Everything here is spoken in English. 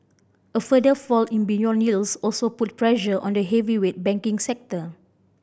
a further fall in beyond yields also put pressure on the heavyweight banking sector